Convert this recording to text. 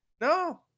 No